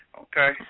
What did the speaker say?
okay